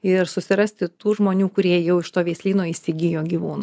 ir susirasti tų žmonių kurie jau iš to veislyno įsigijo gyvūną